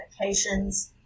medications